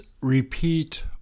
repeat